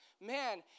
man